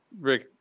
Rick